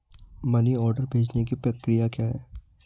Money order भेजने की प्रक्रिया क्या है?